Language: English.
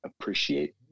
appreciate